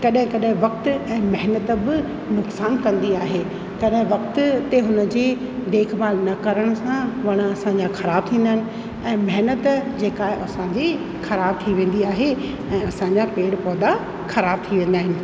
कॾहिं कॾऐं वक़्तु ऐं महिनत बि नुक़सान कंदी आहे कॾहिं वक़्तु ते हुन जी देखभाल न करण सां वण असांजा ख़राब थींदा आहिनि ऐं महिनत जेका आहे असांजी ख़राब थी वेंदी आहे ऐं असांजा पेड़ पौधा ख़राब थी वेंदा आहिनि